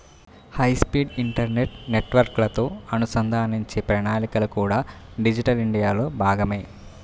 high speed internet నెట్వర్క్లతో అనుసంధానించే ప్రణాళికలు కూడా డిజిటల్ ఇండియాలో భాగమే